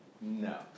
no